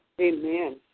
Amen